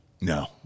No